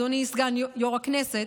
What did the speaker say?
אדוני סגן יו"ר הכנסת,